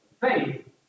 faith